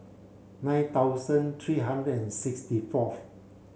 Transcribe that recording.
nine thousand three hundred and sixty fourth